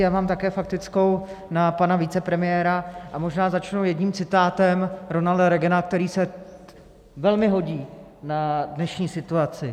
Já mám také faktickou na pana vicepremiéra, a možná začnu jedním citátem Ronalda Reagana, který se velmi hodí na dnešní situaci.